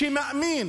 שמאמין